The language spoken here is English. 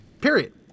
Period